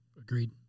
Agreed